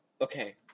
Okay